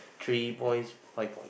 three points five point